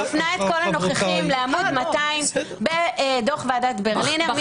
אני מפנה את כל הנוכחים לעמ' 200 בדוח ועדת ברלינר.